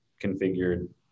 configured